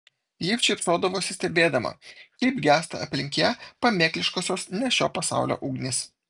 ji šypsodavosi stebėdama kaip gęsta aplink ją pamėkliškosios ne šio pasaulio ugnys